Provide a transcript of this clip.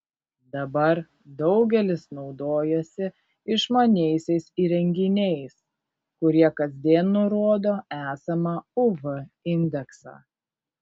dabar daugelis naudojasi išmaniaisiais įrenginiais kurie kasdien nurodo esamą uv indeksą